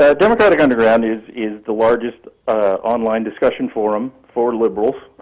ah democratic underground is is the largest online discussion forum for liberals,